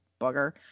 bugger